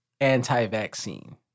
anti-vaccine